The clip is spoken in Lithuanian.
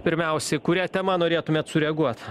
pirmiausia į kurią temą norėtumėt sureaguot